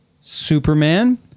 Superman